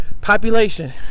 population